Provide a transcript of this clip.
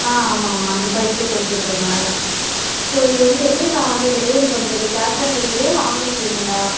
ஆ ஆமாம் ஆமாம் அந்த சைஸ்லையே கொடுத்துட்ருங்க ஸோ இதை வந்து எப்படி நான் வந்து டெலிவரி பண்ணிக்கிறது கேஷ் ஆன் டெலிவரியா இல்லை ஆன்லைன் பேமண்ட்டாக